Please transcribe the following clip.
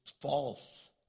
false